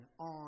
on